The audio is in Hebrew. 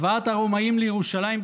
הבאת הרומאים לירושלים,